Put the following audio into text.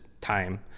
time